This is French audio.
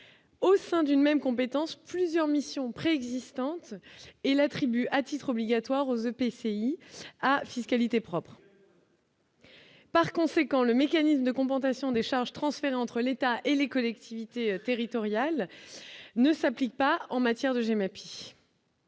au sein d'une même compétence plusieurs missions pré-existantes et l'attribue à titre obligatoire aux EPCI à fiscalité propre. Par conséquent, le mécanisme de compensation des charges transférées entre l'État et les collectivités territoriales ne s'applique pas en matière de j'aime